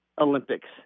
Olympics